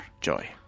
Joy